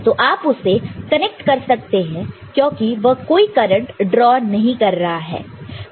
तो आप उसे कनेक्ट कर सकते हैं क्योंकि वह कोई करंट ड्रॉ नहीं कर रहा है